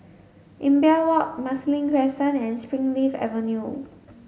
Imbiah Walk Marsiling Crescent and Springleaf Avenue